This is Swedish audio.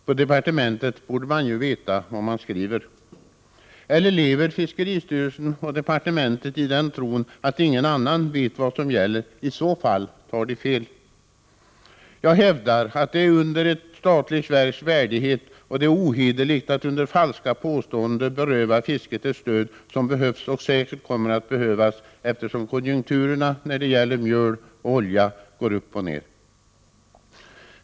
På departementet borde man ju veta vad man skriver. Eller lever fiskeristyrelsen och departementet i den tron att ingen annan vet vad som gäller? I så fall tar de fel. Jag hävdar att det är under ett statligt verks värdighet och att det är ohederligt att under falska påståenden beröva fisket ett stöd som behövs och säkerligen kommer att behövas, eftersom konjunkturerna när det gäller mjöl och olja går upp och ned.